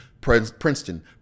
Princeton